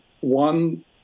one